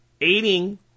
aiding